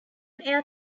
air